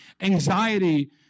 anxiety